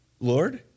Lord